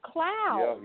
Cloud